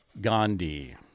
Gandhi